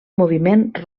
moviment